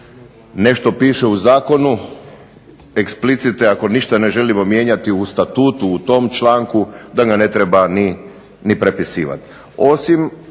nešto piše u Zakonu, eksplicite, da ako ništa ne želimo mijenjati u Statutu u tom članku, da ga ne treba ni prepisivati.